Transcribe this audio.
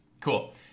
Cool